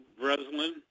Breslin